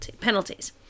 penalties